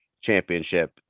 championship